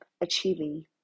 achieving